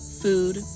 food